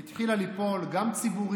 היא התחילה ליפול גם ציבורית,